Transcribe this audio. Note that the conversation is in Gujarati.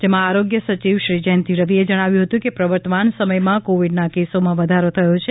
જેમાં આરોગ્ય સચિવશ્રી જયંતિ રવિએ જણાવ્યું હતુ કે પ્રવર્તમાન સમયમાં કોવિડના કેસોમાં વધારો થયો છે